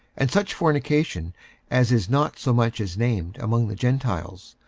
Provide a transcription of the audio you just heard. and such fornication as is not so much as named among the gentiles,